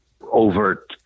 overt